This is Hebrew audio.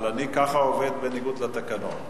אבל אני ככה עובד בניגוד לתקנון.